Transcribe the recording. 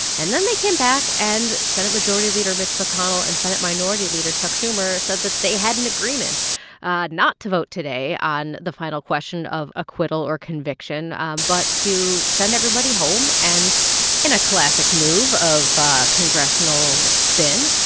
and then they came back. and senate majority leader mitch mcconnell and senate minority leader chuck schumer said that they had an agreement not to vote today on the final question of acquittal or conviction um but to send everybody home. and in a classic move of congressional spin,